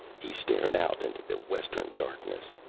he stared out into the western darkness,